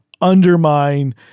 undermine